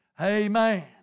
Amen